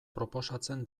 proposatzen